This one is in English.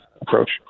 approach